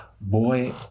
boy